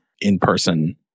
in-person